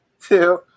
two